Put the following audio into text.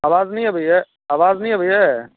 आवाज नहि अबैए आवाज नहि अबैए